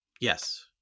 Yes